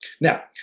Now